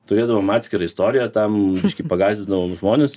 turėdavom atskirą istoriją tam biškį pagąsdindavom žmones